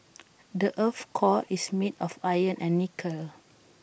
the Earth's core is made of iron and nickel